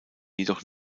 jedoch